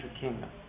kingdom